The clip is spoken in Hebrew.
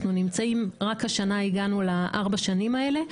רק השנה הגענו לארבע השנים האלה.